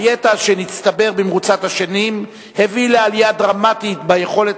הידע שהצטבר במרוצת השנים הביא לעלייה דרמטית ביכולת